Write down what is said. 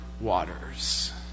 waters